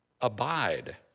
Abide